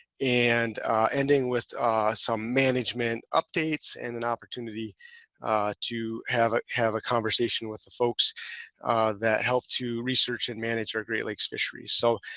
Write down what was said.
and ending with some management updates and an opportunity to have have a conversation with the folks that help to research and manage our great lakes fisheries. so